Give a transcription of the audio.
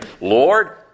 Lord